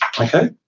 Okay